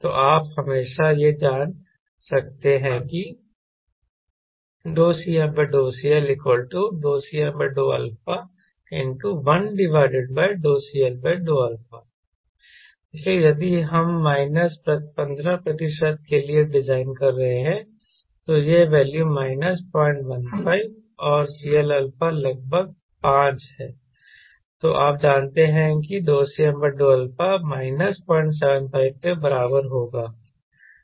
तो आप हमेशा यह जान सकते हैं कि CmCLCm∂α1CL∂α इसलिए यदि हम माइनस 15 प्रतिशत के लिए डिज़ाइन कर रहे हैं तो ये वैल्यू माइनस 015 और CLα लगभग 5 है तो आप जानते हैं किCm∂α 075 के बराबर होगा